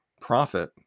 profit